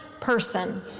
person